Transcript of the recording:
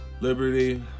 Liberty